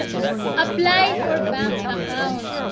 and apply for bank accounts.